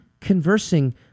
conversing